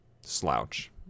slouch